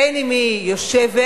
בין שהיא יושבת,